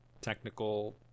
technical